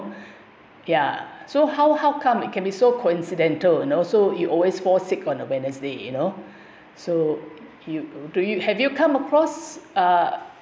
ya so how how come that can be so coincidental you know so he always fall sick on the wednesday you know so you do you have you come across uh